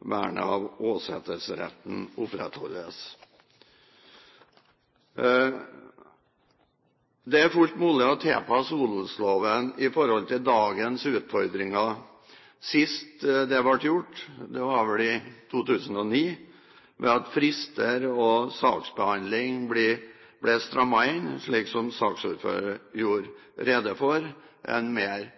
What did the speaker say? vernet av åsetesretten opprettholdes. Det er fullt mulig å tilpasse odelsloven til dagens utfordringer. Sist det ble gjort, var vel i 2009, ved at frister og saksbehandling ble strammet inn – som saksordføreren gjorde rede for – en mer